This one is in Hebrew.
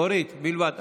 אורית בלבד.